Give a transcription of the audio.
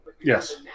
Yes